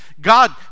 God